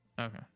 Okay